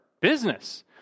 business